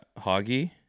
Hoggy